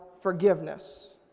forgiveness